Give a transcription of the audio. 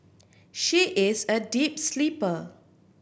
she is a deep sleeper